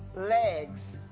legs.